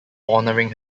honoring